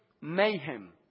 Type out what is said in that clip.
mayhem